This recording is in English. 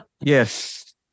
Yes